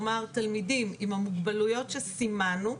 כלומר תלמידים עם המוגבלויות שסימנו,